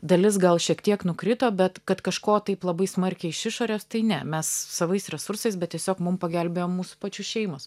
dalis gal šiek tiek nukrito bet kad kažko taip labai smarkiai iš išorės tai ne mes savais resursais bet tiesiog mum pagelbėjo mūsų pačių šeimos